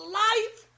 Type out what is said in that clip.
life